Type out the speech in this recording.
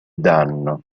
danno